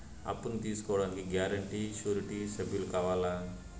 అప్పును తీసుకోడానికి guarantee, surety సభ్యులు కావాలా?